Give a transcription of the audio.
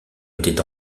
était